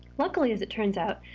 luckily, as it turns out,